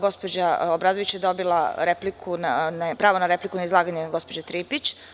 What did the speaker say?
Gospođa Obradović je dobila pravo na repliku na izlaganje gospođe Tripić.